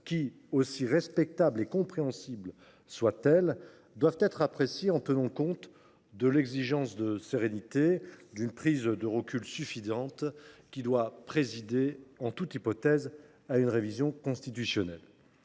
Aussi respectables et compréhensibles soient elles, ces raisons doivent être appréciées en tenant compte de l’exigence de sérénité et avec le recul qui doit présider, en toute hypothèse, à une révision constitutionnelle.